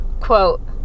quote